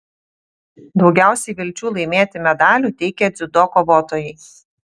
daugiausiai vilčių laimėti medalių teikė dziudo kovotojai